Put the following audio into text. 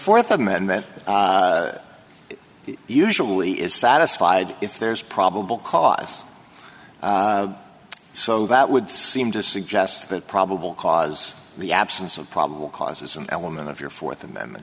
fourth amendment usually is satisfied if there's probable cause so that would seem to suggest that probable cause the absence of probable cause is an element of your fourth amendment